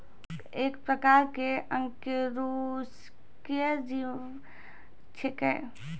mollusc एक प्रकार के अकेशेरुकीय जीव छेकै